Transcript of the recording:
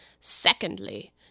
Secondly—